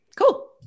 Cool